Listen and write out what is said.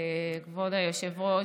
כבוד היושב-ראש.